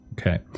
Okay